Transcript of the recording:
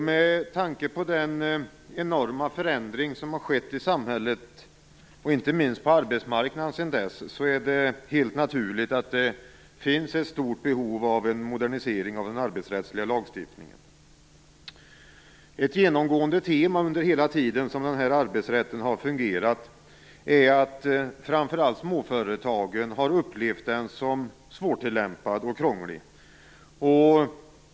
Med tanke på den enorma förändring som har skett i samhället sedan dess, inte minst på arbetsmarknaden, är det helt naturligt att det finns ett stort behov av modernisering av den arbetsrättsliga lagstiftningen. Ett genomgående tema under hela den tid som arbetsrätten har fungerat är att framför allt småföretagen har upplevt den som svårtillämpad och krånglig.